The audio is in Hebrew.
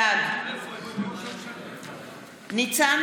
בעד ניצן